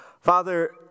Father